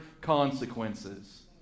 consequences